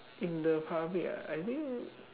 in the public ah I think